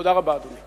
תודה רבה, אדוני.